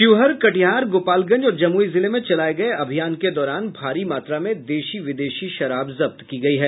शिवहर कटिहार गोपालगंज और जमुई जिले में चलाये गये अभियान के दौरान भारी मात्रा में देशी विदेशी शराब जब्त की गयी है